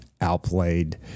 outplayed